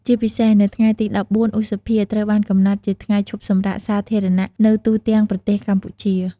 ជាពិសេស នៅថ្ងៃទី ១៤ ឧសភា ត្រូវបានកំណត់ជា ថ្ងៃឈប់សម្រាកសាធារណៈនៅទូទាំងប្រទេសកម្ពុជា។